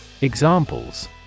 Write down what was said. Examples